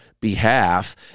behalf